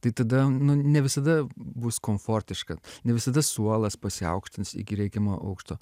tai tada nu ne visada bus komfortiška ne visada suolas pasiaukštins iki reikiamo aukšto